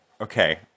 Okay